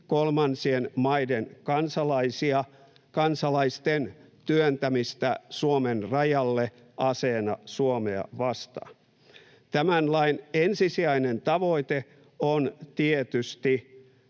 kolmansien maiden kansalaisten työntämistä Suomen rajalle aseena Suomea vastaan. Tämän lain ensisijainen tavoite on tietysti